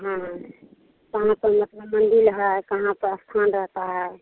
हाँ कहाँ पर मतलब मंदिर है कहाँ पर स्थान रहता है